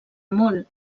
molt